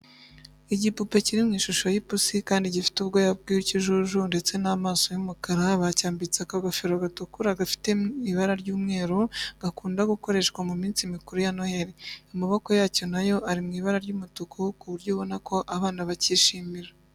Igipupe kiri mu ishusho y'ipusi kandi gifite ubwoya bw'ikijuju ndetse n'amaso y'umukara, bacyambitse akagofero gatukura gafiteho n'ibara ry'umweru gakunda gukoreshwa mu minsi mikuru ya Noheri. Amaboko yacyo na yo ari mu ibara ry'umutuku ku buryo ubona ko abana bakishimira.